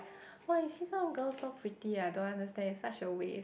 !wah! you see some girls so pretty I don't understand it's such a waste